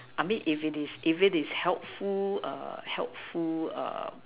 I mean if it is if it is helpful helpful